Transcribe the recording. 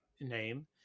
name